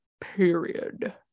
period